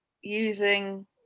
using